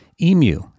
Emu